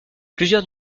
plusieurs